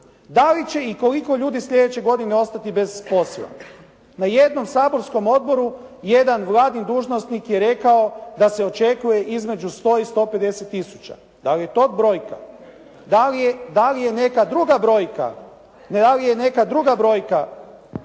da li će i koliko ljudi sljedeće godine ostati bez posla. Na jednom saborskom odboru jedan vladin dužnosnik je rekao da se očekuje između 100 i 150000. Da li je to brojka? Da li je neka druga brojka koja o tome govori.